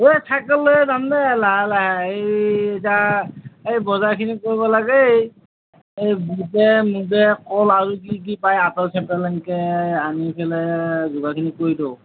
অই চাইকেল লৈয়ে যাম দে লাহে লাহে এই এটা এই বজাৰ খিনি কৰবা লাগেই এই বুটে মুগে কল আৰু কি কি পায় আপেল চাপেল এনকে আনি ফেলে যোগাৰ খিনি কৰি থ